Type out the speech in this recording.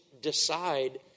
decide